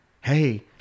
Hey